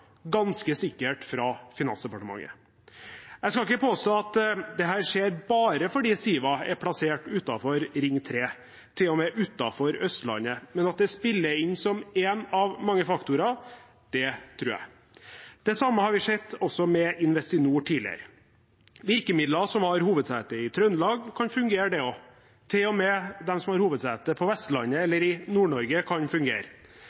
ganske sikkert fra Finansdepartementet. Jeg skal ikke påstå at dette skjer bare fordi Siva er plassert utenfor Ring 3, til og med utenfor Østlandet, men at det spiller inn som en av mange faktorer, det tror jeg. Det samme har vi sett også med Investinor tidligere. Virkemidler som har hovedsete i Trøndelag, kan fungere, de også. Til og med de som har hovedsete på Vestlandet eller i Nord-Norge, kan fungere.